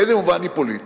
באיזה מובן היא פוליטית?